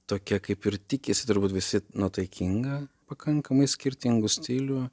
tokia kaip ir tikisi turbūt visi nuotaikinga pakankamai skirtingų stilių